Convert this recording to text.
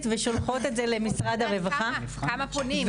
ושולחות את זה למשרד הרווחה --- כמה פונים?